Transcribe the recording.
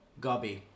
gobby